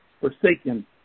forsaken